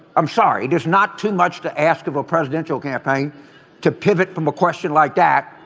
i'm sorry. there's not too much to ask of a presidential campaign to pivot from a question like that.